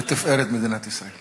לתפארת מדינת ישראל.